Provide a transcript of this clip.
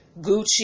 Gucci